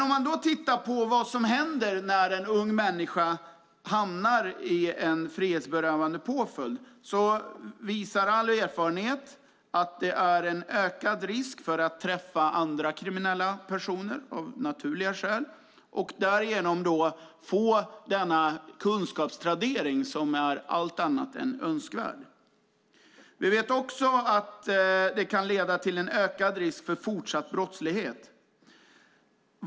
Om man tittar på vad som händer när en ung människa hamnar i en frihetsberövande påföljd ser man att all erfarenhet visar att det finns en ökad risk för att, av naturliga skäl, träffa andra kriminella personer och därigenom få denna kunskapstradering som är allt annat än önskvärd. Vi vet också att det kan leda till en ökad risk för fortsatt brottslighet.